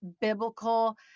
biblical